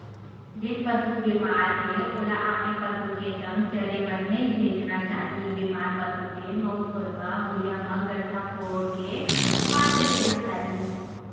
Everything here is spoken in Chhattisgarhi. जेन पसु बेमार हे ओला आने पसु के संघ चरे बर नइ भेजना चाही, बेमार पसु के मउत होय म भुइँया म गड्ढ़ा कोड़ के पाट देना चाही